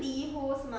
tea 的那个